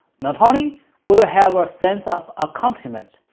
not only we will have a sense of accomplishment,